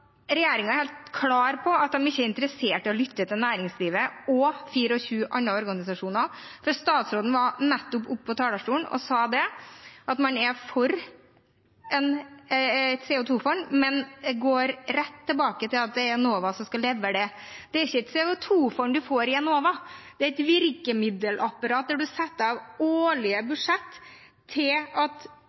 ikke er interessert i å lytte til næringslivet og 24 andre organisasjoner. Statsråden var nettopp oppe på talerstolen og sa at man er for et CO 2 -fond, men går rett tilbake til at det er Enova som skal levere det. Det er ikke et CO 2 -fond man får i Enova. Det er et virkemiddelapparat der man setter av årlige budsjetter, slik at